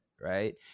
right